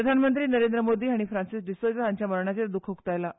प्रधानमंत्री नरेंद्र मोदी हांणी फ्रांसिस डिसोझा हांच्या मरणाचेर द्ख उक्तायलां